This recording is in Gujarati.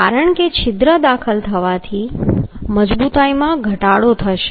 કારણ કે છિદ્ર દાખલ કરવાથી મજબૂતાઈમાં ઘટાડો થશે